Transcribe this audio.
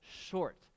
short